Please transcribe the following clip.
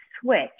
switch